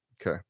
Okay